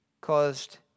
caused